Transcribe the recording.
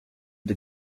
the